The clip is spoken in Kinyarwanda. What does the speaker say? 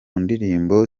ndirimbo